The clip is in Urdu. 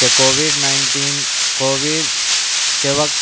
کہ کووڈ نائنٹین کووڈ کے وقت